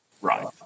right